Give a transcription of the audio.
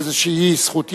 איזו זכות יתר.